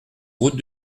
route